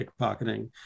pickpocketing